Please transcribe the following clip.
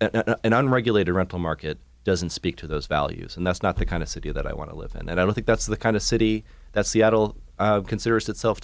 and unregulated rental market doesn't speak to those values and that's not the kind of city that i want to live and i don't think that's the kind of city that seattle considers itself